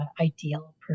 Ideal